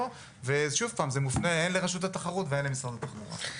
וזה מופנה הן לרשות התחרות והן למשרד התחבורה.